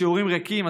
השיעורים ריקים.